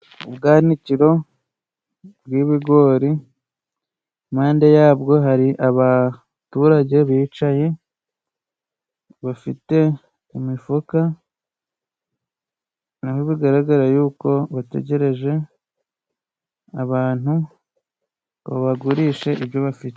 Ubwanwandikiro bw'ibigori, impande yabwo hari abaturage bicaye bafite imifuka, nabo bigaragara yuko bategereje abantu babagurisha ibyo bafite.